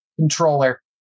Controller